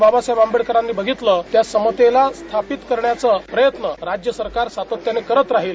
बाबासाहेब आंबेडकांनी बधितलं त्या समतेलाच स्थापीत करण्याचा प्रयत्न राज्यसरकार सातत्यानं करत राहील